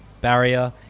Barrier